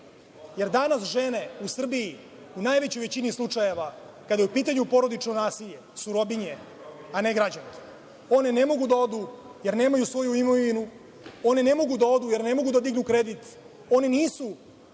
jer danas žene u Srbiji u najvećoj većini slučajeva kada je u pitanju porodično nasilje su robinje a ne građanke. One ne mogu da odu jer nemaju svoju imovinu. One ne mogu da odu jer ne mogu da dignu kredit. One nisu